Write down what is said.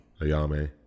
Ayame